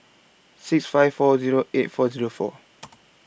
six five four Zero eight four Zero four